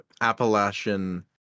Appalachian